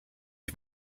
ich